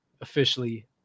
officially